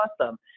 awesome